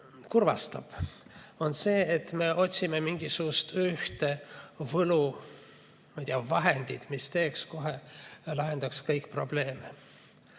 kurvastab, on see, et me otsime mingisugust ühte võluvahendit, mis lahendaks kohe kõik probleemid.